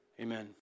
amen